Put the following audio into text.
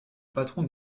patron